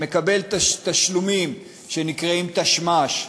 מקבל תשלומים שנקראים תשמ"ש,